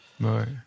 Right